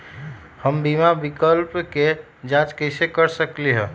हम बीमा विकल्प के जाँच कैसे कर सकली ह?